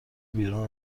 بیرون